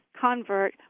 convert